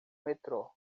metrô